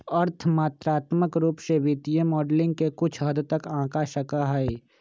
अर्थ मात्रात्मक रूप से वित्तीय मॉडलिंग के कुछ हद तक आंका जा सका हई